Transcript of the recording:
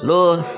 Lord